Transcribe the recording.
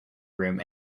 room